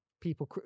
people